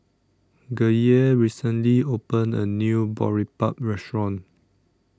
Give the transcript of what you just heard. Gaye recently opened A New Boribap Restaurant